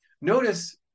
Notice